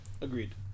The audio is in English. Agreed